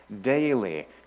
daily